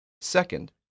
Second